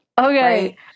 Okay